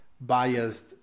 biased